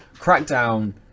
Crackdown